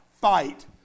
fight